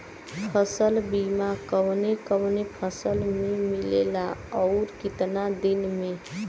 फ़सल बीमा कवने कवने फसल में मिलेला अउर कितना दिन में?